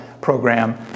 program